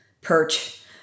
perch